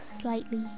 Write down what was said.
slightly